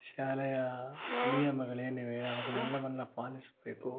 ಶಾಲೆಯ ನಿಯಮಗಳು ಏನಿವೆ ಅವುಗಳೆಲ್ಲವನ್ನ ಪಾಲಿಸಬೇಕು